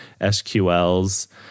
SQLs